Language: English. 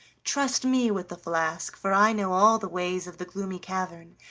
trust me with the flask, for i know all the ways of the gloomy cavern,